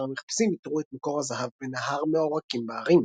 המחפשים איתרו את מקור הזהב בנהר מעורקים בהרים.